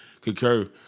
concur